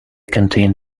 canteen